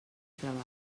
treball